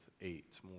eight